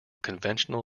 conventional